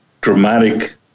dramatic